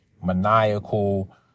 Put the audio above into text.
maniacal